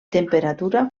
temperatura